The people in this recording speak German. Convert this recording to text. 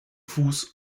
fuß